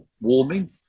warming